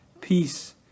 peace